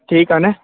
ठीकु आहे न